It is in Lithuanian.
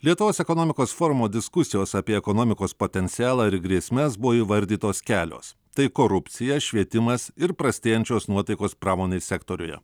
lietuvos ekonomikos forumo diskusijos apie ekonomikos potencialą ir grėsmes buvo įvardytos kelios tai korupcija švietimas ir prastėjančios nuotaikos pramonės sektoriuje